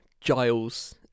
Giles